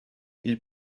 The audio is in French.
ils